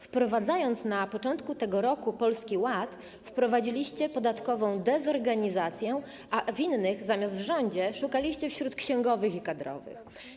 Wprowadzając na początku tego roku Polski Ład, wprowadziliście podatkową dezorganizację, a winnych, zamiast w rządzie, szukaliście wśród księgowych i kadrowych.